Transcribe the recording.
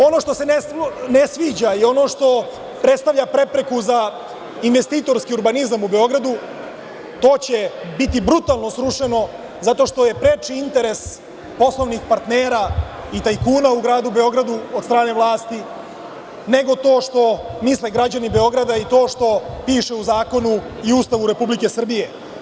Ono što se ne sviđa i ono što predstavlja prepreku za investitorski urbanizam u Beogradu, to će biti brutalno srušeno zato što je preči interes poslovnih partnera i tajkuna u gradu Beogradu od strane vlasti nego to što misle građani Beograda i to što piše u zakonu i Ustavu Republike Srbije.